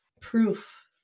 proof